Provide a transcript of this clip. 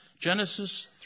Genesis